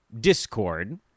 Discord